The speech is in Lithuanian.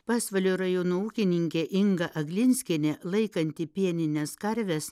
pasvalio rajono ūkininkė inga aglinskienė laikanti pienines karves